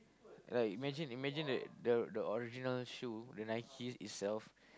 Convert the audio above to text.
like imagine imagine the the original shoe the Nikes itself